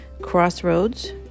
Crossroads